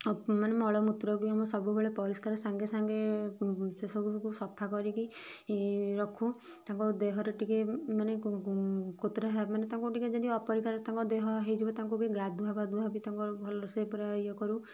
ମାନେ ମଳ ମୂତ୍ର ବି ଆମେ ସବୁ ପରିଷ୍କାର ସାଙ୍ଗେ ସାଙ୍ଗେ ସେ ସବୁକୁ ସଫା କରିକି ରଖୁ ତାଙ୍କ ଦେହରେ ଟିକେ ମାନେ କୋତରା ମାନେ ଟିକେ ତାଙ୍କୁ ଟିକେ ଅପରିଷ୍କାର ତାଙ୍କ ଦେହ ହୋଇଯିବ ତାଙ୍କୁ ବି ଗାଧୁଆପାଧୁଆ ବି ତାଙ୍କର ଭଲ ସେ ପୁରା ଏଇ କରୁ